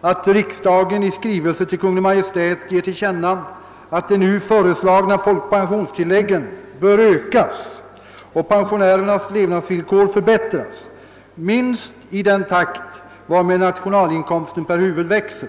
att riksdagen i skrivelse till Kungl. Maj:t ger till känna att de nu föreslagna sär skilda folkpensionstilläggen bör ökas och pensionärernas levnadsvillkor förbättras minst i den takt varmed nationalinkomsten per huvud växer.